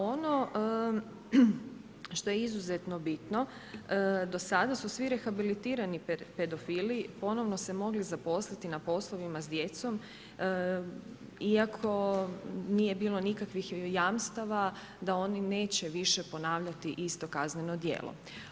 Ono što je izuzetno bitno, do sada su svi rehabilitirani pedofili ponovno se mogli zaposliti na poslovima s djecom iako nije bilo nikakav jamstava da oni neće više ponavljati isto kazneno djelo.